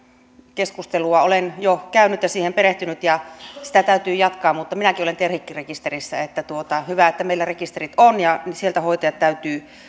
keskustelua olen jo käynyt ja siihen perehtynyt ja sitä täytyy jatkaa minäkin olen terhikki rekisterissä hyvä että meillä rekisterit on ja sieltä hoitajien täytyy